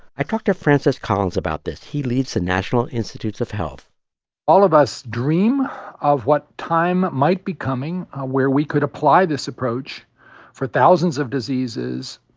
i talked to francis collins about this. he leads the national institutes of health all of us dream of what time might be coming where we could apply this approach for thousands of diseases.